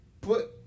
Put